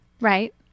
Right